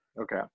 Okay